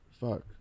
fuck